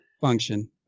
Function